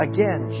Again